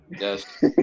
Yes